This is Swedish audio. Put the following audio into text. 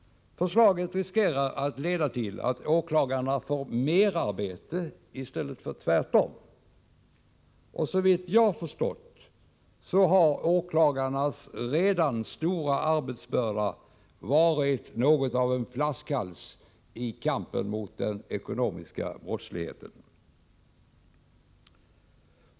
Det finns risk för att förslaget kan leda till att åklagarna får merarbete i stället för tvärtom. Och såvitt jag förstått har åklagarnas redan stora arbetsbörda varit något av en flaskhals i kampen mot den ekonomiska brottsligheten.